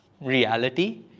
reality